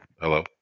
Hello